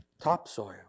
Topsoil